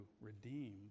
redeem